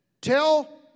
tell